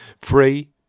Free